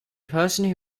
person